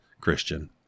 Christian